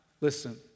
Listen